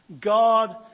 God